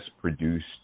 produced